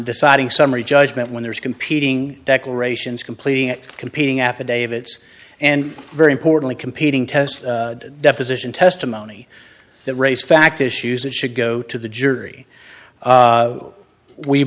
deciding summary judgment when there's competing declarations completing competing affidavits and very importantly competing test deposition testimony that race fact issues that should go to the jury